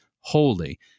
holy